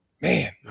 man